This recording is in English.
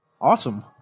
Awesome